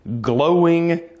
glowing